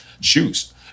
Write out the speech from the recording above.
shoes